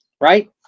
right